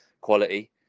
quality